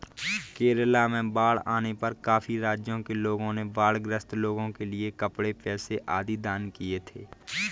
केरला में बाढ़ आने पर काफी राज्यों के लोगों ने बाढ़ ग्रस्त लोगों के लिए कपड़े, पैसे आदि दान किए थे